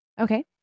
Okay